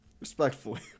Respectfully